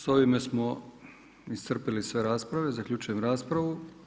S ovime smo iscrpili sve rasprave, zaključujem raspravu.